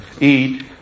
eat